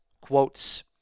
quotes